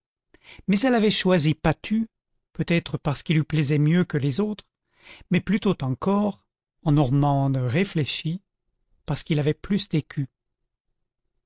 mais elle avait choisi patu peut-être parce qu'il lui plaisait mieux que les autres mais plutôt encore en normande réfléchie parce qu'il avait plus